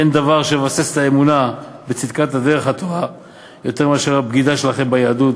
אין דבר שמבסס את האמונה בצדקת דרך התורה יותר מהבגידה שלכם ביהדות,